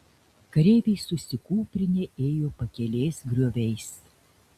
kareiviai susikūprinę ėjo pakelės grioviais